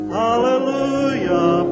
hallelujah